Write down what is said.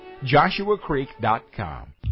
JoshuaCreek.com